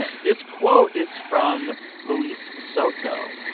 this quote is from luis soto.